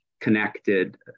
connected